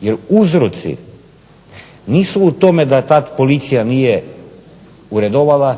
jer uzroci nisu u tome da tad policija nije uredovala